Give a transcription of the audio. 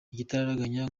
igitaraganya